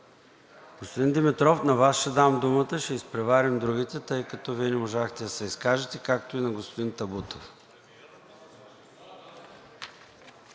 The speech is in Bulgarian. Господин Димитров, на Вас ще дам думата – ще изпреварим другите, тъй като Вие не можахте да се изкажете, както и на господин Табутов.